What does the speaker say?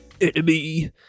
enemy